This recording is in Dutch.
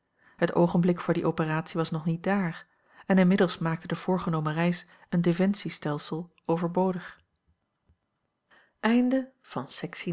het oogenblik voor die operatie was nog niet daar en inmiddels maakte de voorgenomen reis een defensiestelsel overbodig